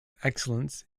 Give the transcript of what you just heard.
excellence